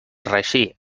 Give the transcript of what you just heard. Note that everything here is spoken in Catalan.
reeixir